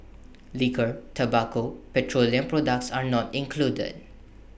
Liquor Tobacco and petroleum products are not included